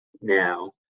now